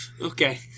Okay